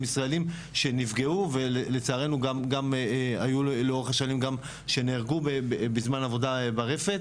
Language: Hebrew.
ישראלים שנפגעו ולצערנו גם היו לאורך השנים גם שנהרגו בזמן עבודה ברפת,